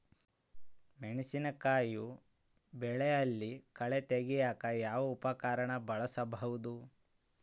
ಮೆಣಸಿನಕಾಯಿ ಬೆಳೆಯಲ್ಲಿ ಕಳೆ ತೆಗಿಯಾಕ ಯಾವ ಉಪಕರಣ ಬಳಸಬಹುದು?